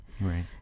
right